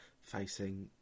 facing